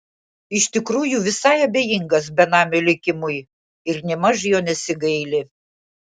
iš tikrųjų visai abejingas benamio likimui ir nėmaž jo nesigaili